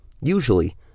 Usually